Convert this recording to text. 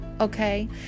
Okay